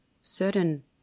certain